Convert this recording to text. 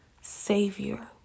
savior